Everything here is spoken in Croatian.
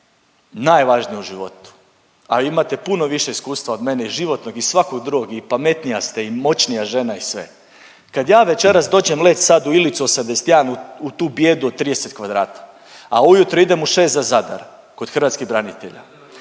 najvažnije u životu, a imate puno više iskustva od mene i životnog i svakog drugog i pametnija ste i moćnija žena i sve? Kad ja večeras dođem leć sad u Ilicu 81 u tu bijedu od 30 kvadrata, a ujutro idem u 6 za Zadar kod hrvatskih branitelja